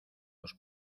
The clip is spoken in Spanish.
los